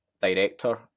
director